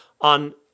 on